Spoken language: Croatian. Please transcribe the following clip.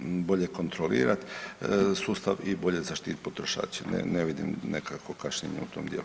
bolje kontrolirat sustav i bolje zaštititi potrošače, ne vidim nekakvo kašnjenje u tom dijelu.